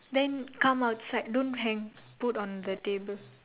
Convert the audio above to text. then come outside don't hang put on the table